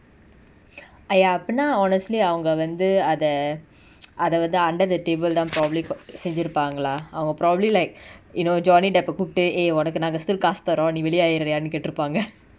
!aiya! அப்டினா:apdina honestly அவங்க வந்து அத:avanga vanthu atha அத வந்து:atha vanthu under the table தா:tha probably pa~ செஞ்சிருபாங்களா அவங்க:senjirupangalaa avanga probably like you know johnny depp ah கூப்புட்டு:kooputtu eh ஒனக்கு நாங்க:onaku nanga still காசு தாரோ நீ வெளியாக:kaasu thaaro nee veliyaka ready ah ன்னு கேட்டிருப்பாங்க:nu ketirupaanga